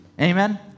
Amen